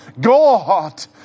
God